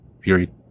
period